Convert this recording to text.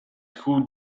school